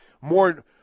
more